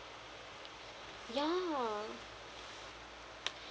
ya